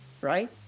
right